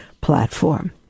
platform